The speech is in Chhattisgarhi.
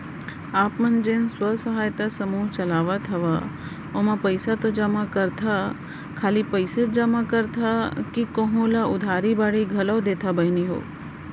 आप मन जेन स्व सहायता समूह चलात हंव ओमा पइसा तो जमा करथा खाली पइसेच जमा करथा कि कोहूँ ल उधारी बाड़ी घलोक देथा बहिनी हो?